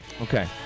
Okay